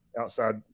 Outside